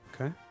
Okay